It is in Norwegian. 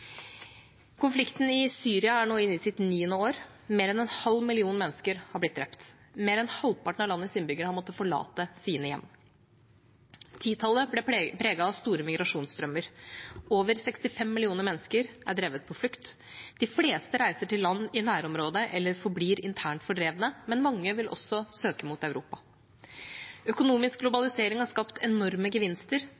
Konflikten i Syria er nå inne i sitt niende år. Mer enn en halv million mennesker har blitt drept. Mer enn halvparten av landets innbyggere har måttet forlate sine hjem. 2010-tallet ble preget av store migrasjonsstrømmer. Over 65 millioner mennesker er drevet på flukt. De fleste reiser til land i nærområdet eller forblir internt fordrevne, men mange vil også søke mot Europa. Økonomisk